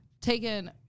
taken